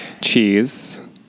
cheese